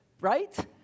right